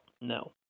No